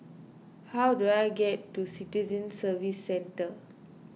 how do I get to Citizen Services Centre